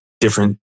different